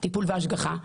טיפול והשגחה,